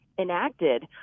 enacted